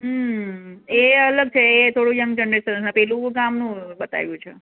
એ અલગ છે એ થોડુક યંગ જનરેશન અને પેલું ગામનું બતાવ્યું છે